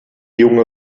junge